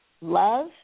love